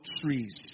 trees